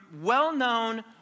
well-known